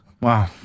Wow